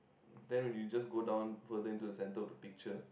then we just go down further into the center of the picture